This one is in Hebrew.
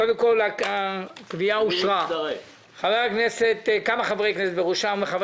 הצעת קביעת חברת כביש חוצה ישראל בע"מ כ"גוף אחר"